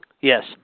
Yes